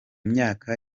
myaka